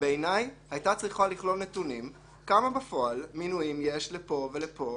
בעיניי היתה צריכה לכלול נתונים כמה בפועל מינויים יש לפה ולפה.